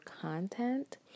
content